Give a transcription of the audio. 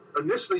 initially